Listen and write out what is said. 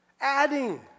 adding